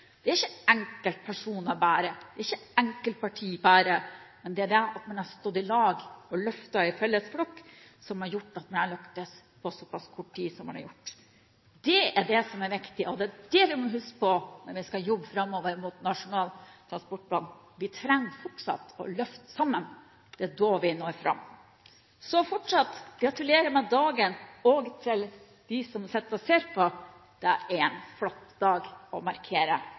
Det er ikke bare enkeltpersoner, det er ikke bare enkeltpartier – at man har stått sammen og løftet i felles flokk, har gjort at man har lyktes med dette på såpass kort tid som man har gjort. Det er det som er viktig, og det er det vi må huske på når vi skal jobbe framover mot Nasjonal transportplan. Vi trenger fortsatt å løfte sammen. Det er da vi når fram. Så fortsatt: Gratulerer med dagen også til dem som sitter og ser på – det er en flott dag å markere